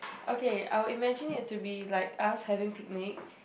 okay I would imagine it to be like us having picnic